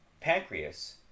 pancreas